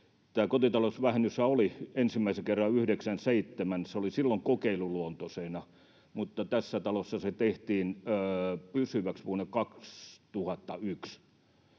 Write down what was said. kotitalousvähennyshän oli ensimmäisen kerran 97. Se oli silloin kokeiluluontoisena, mutta tässä talossa se tehtiin pysyväksi vuonna 2001,